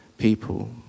people